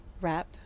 wrap